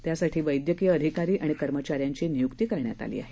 त्यासाठी वैद्यकिय अधिकारी आणि कर्मचाऱ्यांची नियुक्ती करण्यात आली आहे